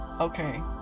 okay